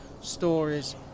stories